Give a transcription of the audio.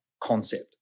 concept